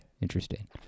interesting